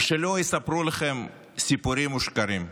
ושלא יספרו לכם סיפורים ושקרים.